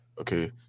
Okay